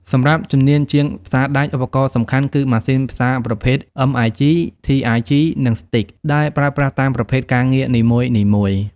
សម្រាប់ជំនាញ ជាងផ្សារដែក ឧបករណ៍សំខាន់គឺ ម៉ាស៊ីនផ្សារប្រភេទ MIG, TIG និង Stick ដែលប្រើប្រាស់តាមប្រភេទការងារនីមួយៗ។